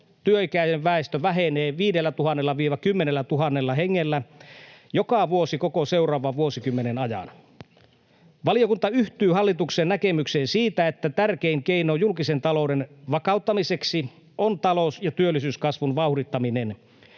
työikäinen väestö vähenee 5 000—10 000 hengellä joka vuosi koko seuraavan vuosikymmenen ajan. Valiokunta yhtyy hallituksen näkemykseen siitä, että tärkein keino julkisen talouden vakauttamiseksi on talous- ja työllisyyskasvun vauhdittaminen.